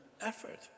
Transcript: effort